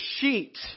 sheet